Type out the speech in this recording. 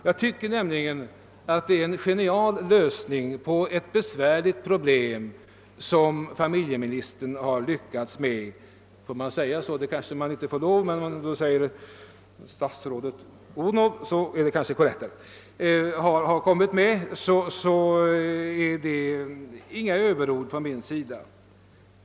Jag tycker nämligen att statsrådet Odhnoff har lyckats åstadkomma en genial lösning av ett besvärligt problem. Det är inga överord från min sida.